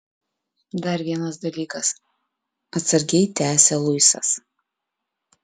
dar vienas dalykas atsargiai tęsia luisas